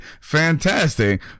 fantastic